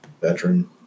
veteran